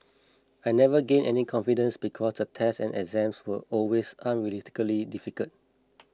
I never gained any confidence because the tests and exams were always unrealistically difficult